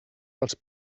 dels